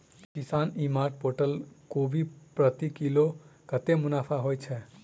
किसान e mart portal पर कोबी प्रति किलो कतै मुनाफा होइ छै?